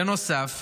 בנוסף,